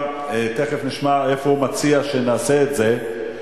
תיכף נשמע איפה הוא מציע שנעשה את זה,